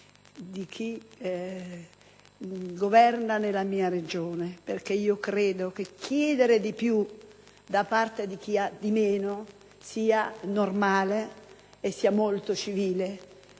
di chi governa nella mia Regione: credo che chiedere di più da parte di chi ha di meno sia normale e molto civile.